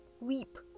weep